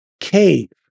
Cave